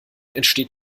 entsteht